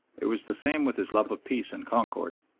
it was the same with his love of peace and concord.